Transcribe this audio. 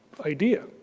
idea